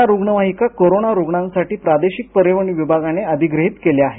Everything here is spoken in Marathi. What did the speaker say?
या रुग्णवाहिका कोरोना रुग्णांसाठी प्रादेशिक परिवहन विभागाने अधिग्रहित केल्या आहेत